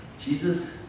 Jesus